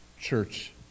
church